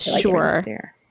Sure